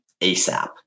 ASAP